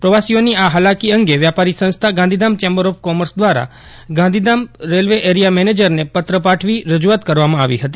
પ્રવાસીઓની આ ફાલાકી અંગે વ્યાપારી સંસ્થા ગાંધીધામ ચેમ્બર ઓફ કોમર્સ દ્વારા ગાંધીધામ એઆરએમને પત્ર પાઠવી રજૂઆત કરવામાં આવી ફતી